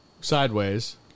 Sideways